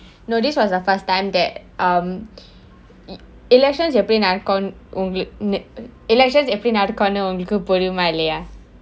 no this was the first time that um elections எப்படி நடக்குன்னு:eppadi nadakkunnu elections எப்படி நடக்குன்னு உங்களுக்கு புரியுமா இல்லையா:eppadi nadakunnu ungalukku puriyumaa illaiyaa